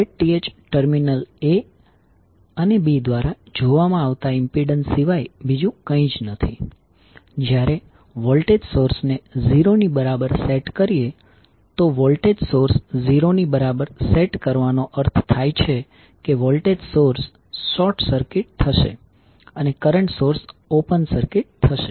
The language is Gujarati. ZTh ટર્મિનલ a અને b દ્વારા જોવામાં આવતા ઇમ્પિડન્સ સિવાય બીજું કંઈ નથી જ્યારે વોલ્ટેજ સોર્સને 0 ની બરાબર સેટ કરીએ તો વોલ્ટેજ સોર્સ 0 ની બરાબર સેટ કરવાનો અર્થ થાય છે કે વોલ્ટેજ સોર્સ શોર્ટ સર્કિટ થશે અને કરંટ સોર્સ ઓપન સર્કિટ થશે